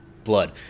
Blood